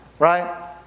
Right